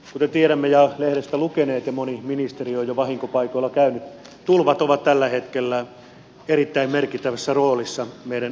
kuten tiedämme ja olemme lehdestä lukeneet ja moni ministeri on jo vahinkopaikoilla käynyt tulvat ovat tällä hetkellä erittäin merkittävässä roolissa meidän yhteisössämme